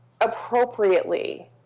appropriately